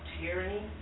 tyranny